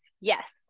yes